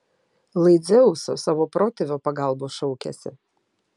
lai dzeuso savo protėvio pagalbos šaukiasi